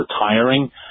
retiring